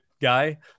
guy